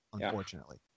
unfortunately